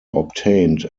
obtained